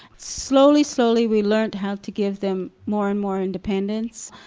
slowly slowly we learnt how to give them more and more independence.